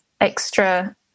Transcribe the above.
extra